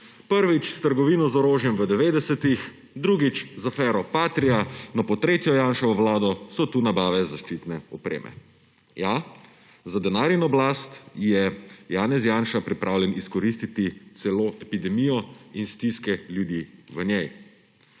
Prvič, s trgovino z orožjem v 90. letih. Drugič, z afero Patria. No, pod tretjo Janševo vlado so tukaj nabave zaščitne opreme. Ja, za denar in oblast je Janez Janša pripravljen izkoristiti celo epidemijo in stiske ljudi v njej.